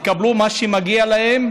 יקבלו את מה שמגיע להם,